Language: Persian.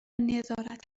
نظارت